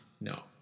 no